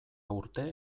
urte